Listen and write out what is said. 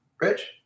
rich